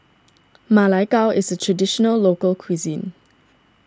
Ma Lai Gao is a Traditional Local Cuisine